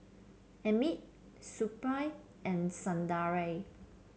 Amit Suppiah and Sundaraiah